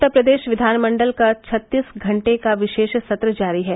उत्तरप्रदेश विधानमंडल का छत्तीस घंटे का विशेष सत्र जारी है